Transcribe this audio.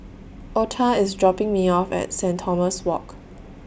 Ota IS dropping Me off At Saint Thomas Walk